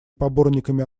поборниками